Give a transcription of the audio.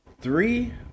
three